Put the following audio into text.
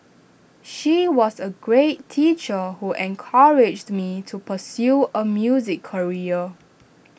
she was A great teacher who encouraged me to pursue A music career